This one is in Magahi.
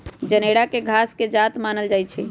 जनेरा के घास के जात मानल जाइ छइ